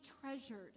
treasured